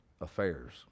affairs